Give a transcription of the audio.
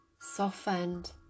softened